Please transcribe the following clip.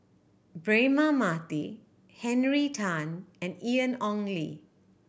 Braema Mathi Henry Tan and Ian Ong Li